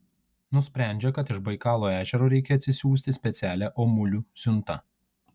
nusprendžia kad iš baikalo ežero reikia atsisiųsti specialią omulių siuntą